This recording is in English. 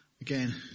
Again